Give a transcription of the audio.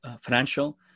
financial